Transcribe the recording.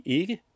ikke